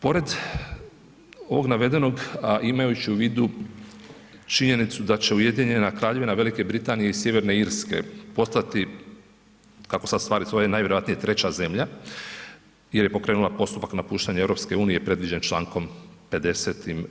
Pored ovog navedenog a imajući u vidu činjenicu da će Ujedinjena Kraljevina Velike Britanije i Sjeverne Irske postati kako sad stvari stoje, najvjerojatnije treća zemlja jer pokrenula postupak napuštanja EU-a predviđene člankom 50.